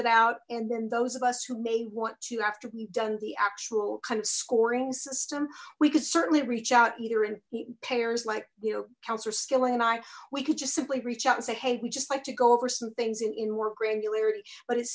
it out and then those of us who may want to after we've done the actual kind of scoring system we could certainly reach out either in pairs like you know councillor skilling and i we could just simply reach out and say hey we just like to go over some things in in more granularity but it